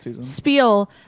spiel